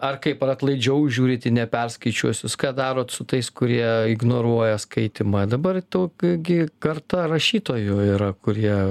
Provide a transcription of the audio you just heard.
ar kaip ar atlaidžiau žiūrit į neperskaičiuosius ką darot su tais kurie ignoruoja skaitymą dabar tų gi karta rašytojų yra kurie